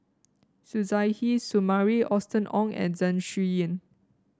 Suzairhe Sumari Austen Ong and Zeng Shouyin